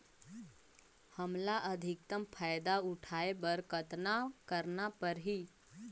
हमला अधिकतम फायदा उठाय बर कतना करना परही?